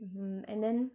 mm and then